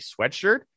sweatshirt